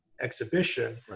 exhibition